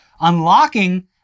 unlocking